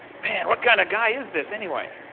man, what kind of guy is this anyway?